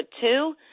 two